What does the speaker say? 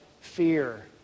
fear